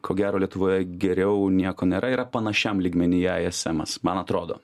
ko gero lietuvoje geriau nieko nėra yra panašiam lygmenyje ism man atrodo